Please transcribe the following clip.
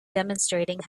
demonstrating